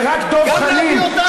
רק דב חנין,